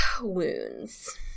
wounds